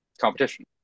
competition